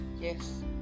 yes